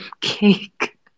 cake